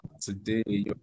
today